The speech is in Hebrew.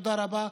תודה רבה.